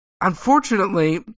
Unfortunately